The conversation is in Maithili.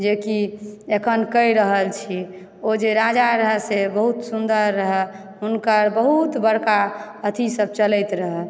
जेकि अखन कहि रहल छी ओ जे राजा रहए से बहुत सुन्दर रहए हुनकर बहुत बड़का अथी सब चलैत रहए